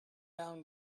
down